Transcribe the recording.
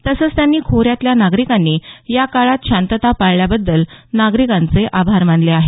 तसंच त्यांनी खोऱ्यातल्या नागरिकांनी या काळात शांतता पाळल्याबद्दल नागरिकांचे आभार मानले आहेत